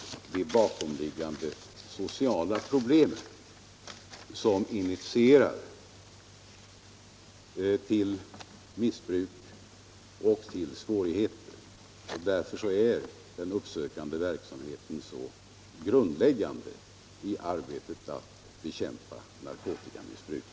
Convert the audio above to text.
I stor utsträckning är det de sociala problemen som initierar till missbruk, och därför är den uppsökande verksamheten grundläggande i arbetet med att bekämpa narkotikamissbruket.